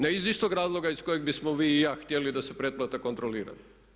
Ne iz istog razloga iz kojeg bismo vi i ja htjeli da se pretplata kontrolira.